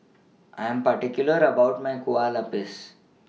I Am particular about My Kueh Lapis